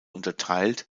unterteilt